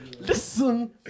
listen